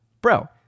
bro